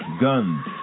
guns